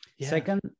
Second